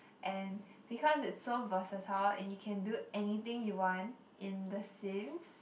and because it's so versatile and you can do anything you want in the Sims